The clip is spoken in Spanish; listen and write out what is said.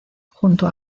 junto